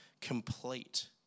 complete